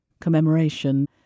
commemoration